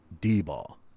d-ball